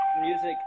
music